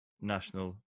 national